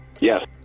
Yes